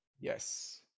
Yes